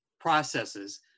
processes